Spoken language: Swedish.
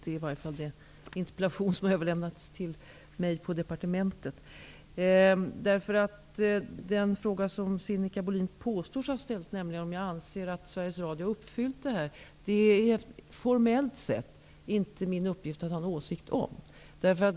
Det är i varje fall den interpellation som har överlämnats till mig på departementet. Den fråga som Sinikka Bohlin påstår sig ha ställt, nämligen om jag anser att Sveriges Radio har uppfyllt beslutet, är det formellt sett inte min uppgift att ha en åsikt om.